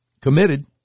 committed